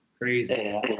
Crazy